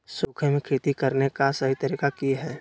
सूखे में खेती करने का सही तरीका की हैय?